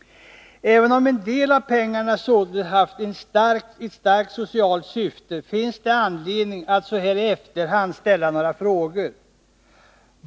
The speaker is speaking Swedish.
Även om en hel del av pengarna således haft ett starkt socialt syfte finns det anledning att så här i efterhand ställa några frågor.